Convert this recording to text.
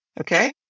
Okay